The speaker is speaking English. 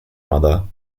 mother